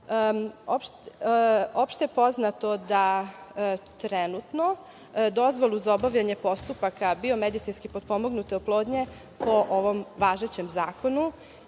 je poznato da trenutno dozvolu za obavljanje postupaka biomedicinski potpomognute oplodnje po ovom važećem zakonu